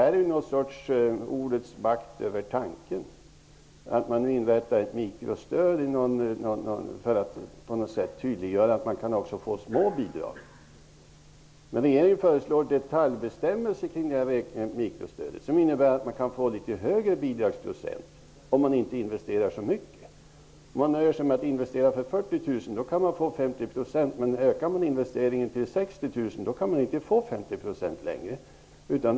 Det är något slags ordets makt över tanken att inrätta ett mikrostöd för att tydliggöra att det också går att få små bidrag. Regeringen föreslår detaljbestämmelser kring mikrostödet som innebär att det går att få en högre bidragsprocent om man inte investerar så mycket. Om man nöjer sig med att investera för 40 000 kronor kan man få 50 % bidrag. Ökar man investeringen till 60 000 kronor kan man inte längre få 50 % bidrag.